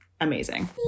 amazing